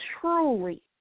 truly